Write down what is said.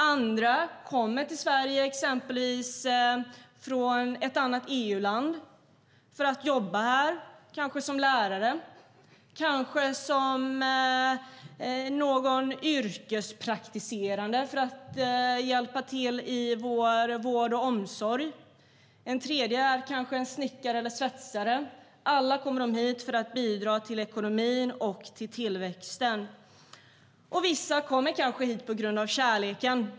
Andra kommer till Sverige från exempelvis ett annat EU-land för att jobba, kanske som lärare, kanske som yrkespraktiserande inom vård och omsorg, kanske som snickare eller svetsare. Alla kommer de hit för att bidra till ekonomin och tillväxten. Vissa kommer kanske hit på grund av kärleken.